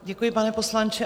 Děkuji, pane poslanče.